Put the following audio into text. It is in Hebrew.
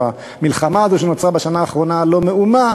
או המלחמה הזאת שנוצרה בשנה האחרונה על לא מאומה,